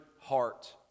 heart